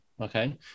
Okay